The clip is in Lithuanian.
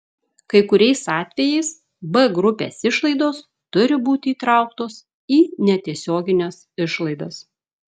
kai kuriais atvejais b grupės išlaidos turi būti įtrauktos į netiesiogines išlaidas